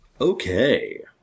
Okay